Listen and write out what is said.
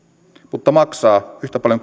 mutta maksaa yhtä paljon